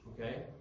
okay